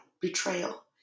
betrayal